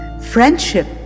Friendship